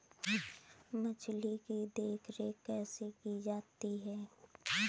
मछली की देखरेख कैसे की जाती है?